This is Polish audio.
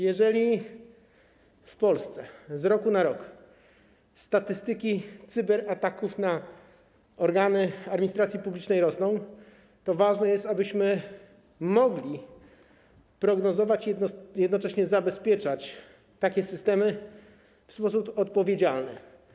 Jeżeli w Polsce z roku na rok statystyki dotyczące cyberataków na organy administracji publicznej rosną, to ważne jest, abyśmy mogli je prognozować i jednocześnie zabezpieczać systemy w sposób odpowiedzialny.